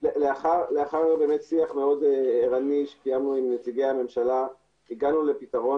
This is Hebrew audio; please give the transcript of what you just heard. שיח מאוד ערני שקיימנו עם נציגי הממשלה הגענו לפתרון